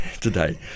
Today